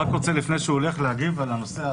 לפני שהוא הולך, אני רוצה להגיב על הנושא.